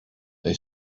they